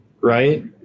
right